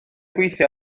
gweithio